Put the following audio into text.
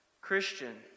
Christian